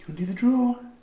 do the draw?